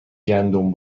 گندم